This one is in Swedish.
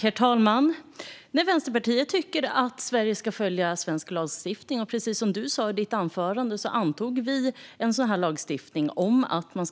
Herr talman! Vänsterpartiet tycker att Sverige ska följa svensk lagstiftning. Precis som du sa i ditt anförande, Adam Marttinen, antog vi en sådan här lagstiftning om att de